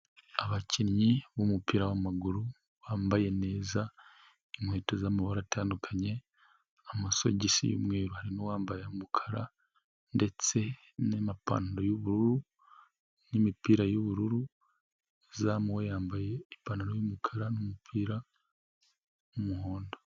Abakinnyi b'umupira w'amaguru bambaye neza, inkweto z'amabara atandukanye, amasogisi yumweru. Hari uwambaye umukara ndetse n'amapantaro y'ubururu n'imipira y'ubururu . Uzamuye yambaye ipantaro y'umukara n'umupira w'umuhondo.